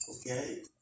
Okay